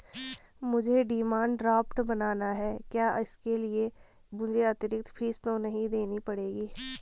मुझे demand draft बनाना है क्या इसके लिए मुझे अतिरिक्त फीस तो नहीं देनी पड़ेगी?